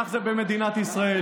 כך זה במדינת ישראל,